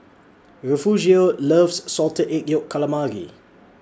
Refugio loves Salted Egg Yolk Calamari